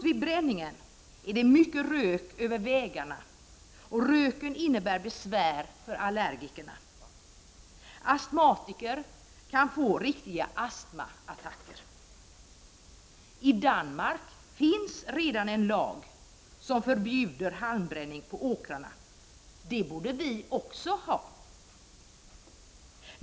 Vid bränningen blir det mycket rök över vägarna, och röken innebär besvär för allergikerna. Astmatiker kan få riktiga astmaattacker. I Danmark finns redan en lag som förbjuder halmbränning på åkrarna. Det borde vi också ha.